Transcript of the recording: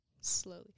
slowly